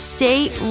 State